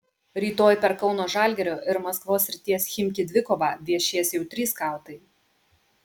rytoj per kauno žalgirio ir maskvos srities chimki dvikovą viešės jau trys skautai